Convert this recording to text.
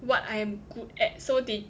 what I'm good at so they